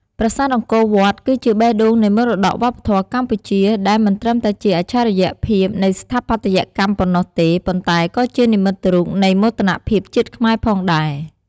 ប្រាសាទអង្គរវត្ត គឺជាបេះដូងនៃមរតកវប្បធម៌កម្ពុជា ដែលមិនត្រឹមតែជាអច្ឆរិយភាពនៃស្ថាបត្យកម្មប៉ុណ្ណោះទេ ប៉ុន្តែក៏ជានិមិត្តរូបនៃមោទនភាពជាតិខ្មែរផងដែរ។